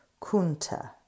Kunta